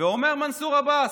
ואומר מנסור עבאס: